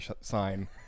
sign